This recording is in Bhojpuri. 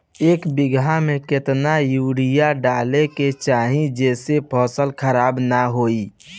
एक बीघा में केतना यूरिया डाले के चाहि जेसे फसल खराब ना होख?